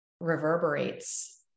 reverberates